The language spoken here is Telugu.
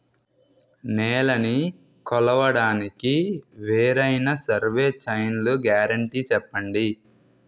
నేలనీ కొలవడానికి వేరైన సర్వే చైన్లు గ్యారంటీ చెప్పండి?